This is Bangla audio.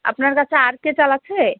আপনার কাছে আরকে চাল আছে